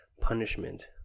punishment